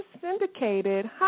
syndicated